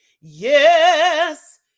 yes